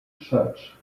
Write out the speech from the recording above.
church